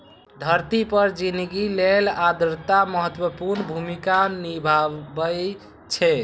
धरती पर जिनगी लेल आर्द्रता महत्वपूर्ण भूमिका निभाबै छै